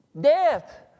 Death